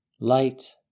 Light